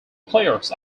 players